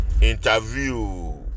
interview